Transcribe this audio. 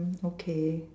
okay